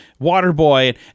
Waterboy